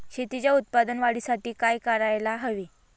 शेतीच्या उत्पादन वाढीसाठी काय करायला हवे?